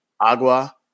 Agua